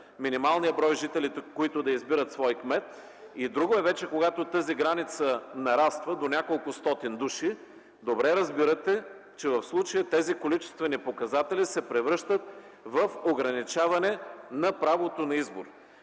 минималният брой жители, които да избират своя кмет, и друго е вече, когато тази граница нараства до неколкостотин души. Добре разбирате, че в случая тези количествени показатели се превръщат в ограничаване на правото на избор.